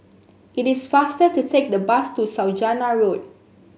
it is faster to take the bus to Saujana Road